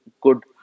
good